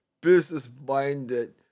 business-minded